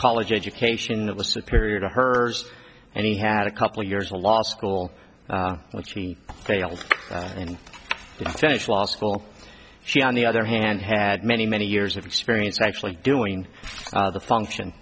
college education it was superior to hers and he had a couple of years a law school and she failed and finished law school she on the other hand had many many years of experience actually doing the function